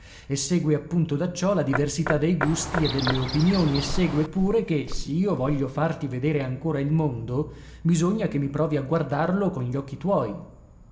e segue appunto da ciò la diversità dei gusti e delle opinioni e segue pure che s'io voglio farti vedere ancora il mondo bisogna che mi provi a guardarlo con gli occhi tuoi